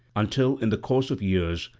until in the course of years,